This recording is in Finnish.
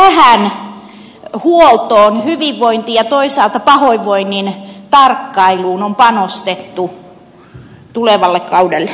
miten tähän huoltoon hyvinvointiin ja toisaalta pahoinvoinnin tarkkailuun on panostettu tulevalle kaudelle